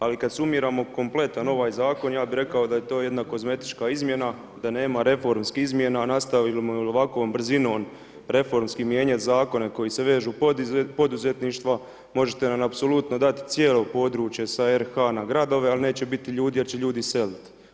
Ali, kad sumiramo kompletan ovaj zakon, ja bi rekao, da je to jedna kozmetička izmjena, da nema reformskih izmjena, nastavimo li ovakvom brzinom reformski mijenjati zakon, koji se vežu u poduzetništva, možete nam apsolutno dati cijelo područje sa RH na gradove, ali neće biti ljudi jer će ljudi iseliti.